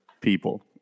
people